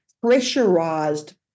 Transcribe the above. pressurized